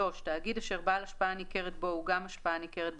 (3)תאגיד אשר בעל השפעה ניכרת בו הוא גם בעל השפעה ניכרת בחברה,